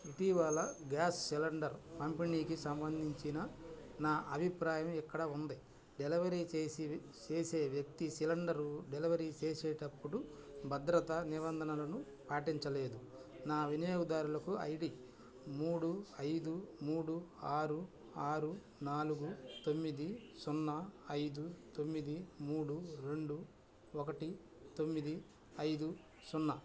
ఇటీవల gas cylinder పంపిణీకి సంబంధించిన నా అభిప్రాయం ఇక్కడ ఉంది డెలివరీ చేసే వ్యక్తి సిలిండరు డెలివరీ చేసేటప్పుడు భద్రతా నిబంధనలను పాటించలేదు నా వినియోగదారులకు ఐ డీ మూడు ఐదు మూడు ఆరు ఆరు నాలుగు తొమ్మిది సున్నా ఐదు తొమ్మిది మూడు రెండు ఒకటి తొమ్మిది ఐదు సున్నా